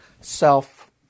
self